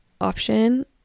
option